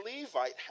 Levite